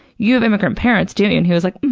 you have immigrant parents, don't you? and he was like,